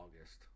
August